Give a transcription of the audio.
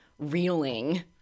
reeling